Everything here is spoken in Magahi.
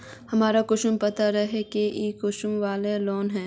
हमरा कुंसम पता रहते की इ कृषि वाला लोन है?